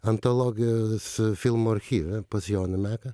antologijos filmų archyve pas joną meką